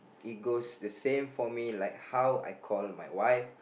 it goes the same for me like how I call me wife